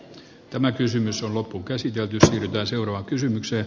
tämä kysymys on loppuun käsitelty tästä seuraa kysymykseen